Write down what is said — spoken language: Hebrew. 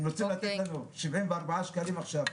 הם רוצים לתת לנו 74 שקלים עכשיו.